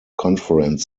conference